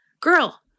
Girl